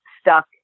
stuck